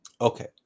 Okay